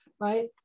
right